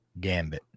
gambit